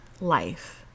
life